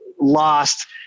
lost